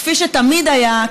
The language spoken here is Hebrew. כפי שתמיד היה,